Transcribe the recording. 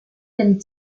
dem